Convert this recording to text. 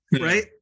Right